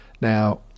Now